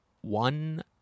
one